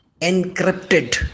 encrypted